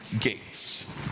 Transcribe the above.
gates